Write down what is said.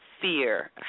fear